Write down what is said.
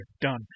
Done